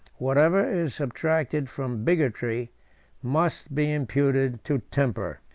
whatever is subtracted from bigotry must be imputed to temper.